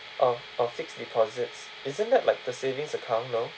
oh oh fixed deposits isn't that like the savings account no